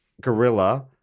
gorilla